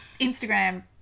Instagram